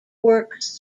works